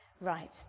right